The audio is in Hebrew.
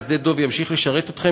ושדה-דב ימשיך לשרת אתכם,